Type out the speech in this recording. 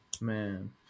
man